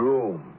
Room